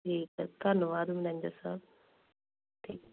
ਠੀਕ ਆ ਧੰਨਵਾਦ ਮੈਨੇਜਰ ਸਾਹਿਬ ਠੀਕ